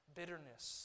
bitterness